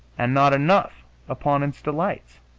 and not enough upon its delights.